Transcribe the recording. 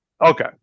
Okay